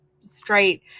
straight